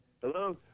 Hello